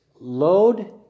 load